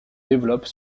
développe